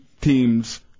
team's